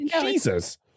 Jesus